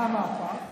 מה המהפך?